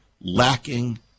lacking